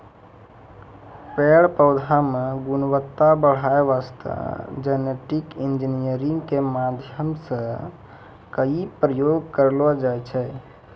पेड़ पौधा मॅ गुणवत्ता बढ़ाय वास्तॅ जेनेटिक इंजीनियरिंग के माध्यम सॅ कई प्रयोग करलो जाय छै